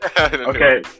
okay